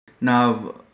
Now